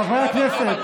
חברי הכנסת,